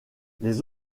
les